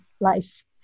life